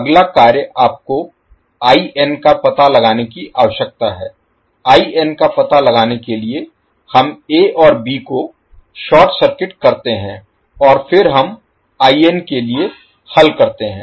अगला कार्य आपको का पता लगाने की आवश्यकता है का पता लगाने के लिए हम a और b को शार्ट सर्किट करते हैं और फिर हम के लिए हल करते हैं